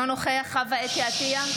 אינו נוכח חוה אתי עטייה,